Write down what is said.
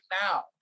now